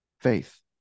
faith